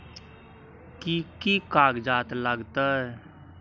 कि कि कागजात लागतै?